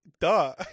duh